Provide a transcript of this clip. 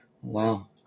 Wow